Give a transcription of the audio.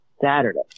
Saturday